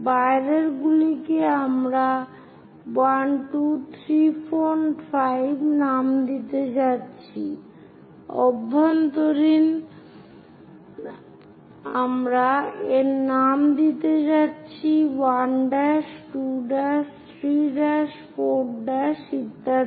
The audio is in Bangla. বাইরেরগুলোকে আমরা 1 2 3 4 5 নাম দিতে যাচ্ছি অভ্যন্তরীণ আমরা এর নাম দিতে যাচ্ছি 1' 2' 3 ' 4' ইত্যাদি